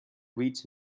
reads